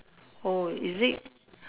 oh is it